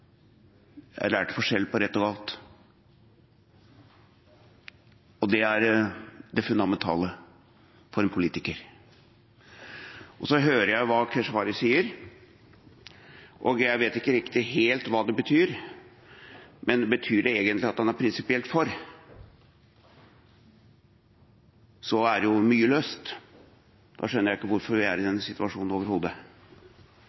jeg én ting: Jeg lærte forskjell på rett og galt. Det er det fundamentale for en politiker. Så hører jeg hva Keshvari sier, og jeg vet ikke riktig helt hva det betyr, men betyr det egentlig at han prinsipielt er for, er jo mye løst. Da skjønner jeg ikke hvorfor vi er i denne situasjonen overhodet.